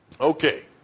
Okay